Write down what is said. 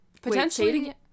potentially